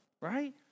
right